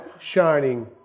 shining